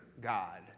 God